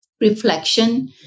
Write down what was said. reflection